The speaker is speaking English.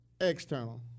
external